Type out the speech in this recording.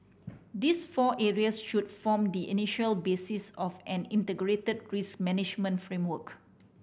these four areas should form the initial basis of an integrated risk management framework